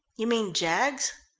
you mean jaggs?